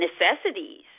necessities